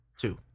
two